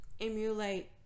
emulate